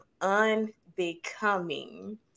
Unbecoming